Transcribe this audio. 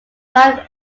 ethyl